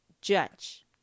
judge